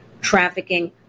trafficking